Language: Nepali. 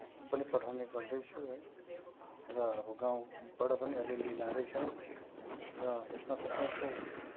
पनि पठाउने गर्दैछु है र अब गाउँबाट पनि अलिअलि लाँदै छन् र यसमा तपाईँको